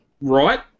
right